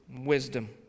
wisdom